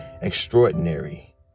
extraordinary